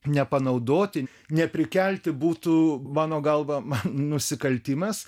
nepanaudoti neprikelti būtų mano galva man nusikaltimas